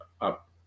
up